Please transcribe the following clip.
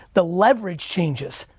the leverage changes.